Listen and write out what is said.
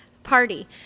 party